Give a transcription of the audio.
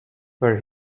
where